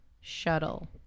shuttle